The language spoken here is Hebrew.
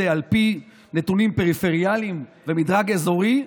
על פי נתונים פריפריאליים ומדרג אזורי,